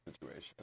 situation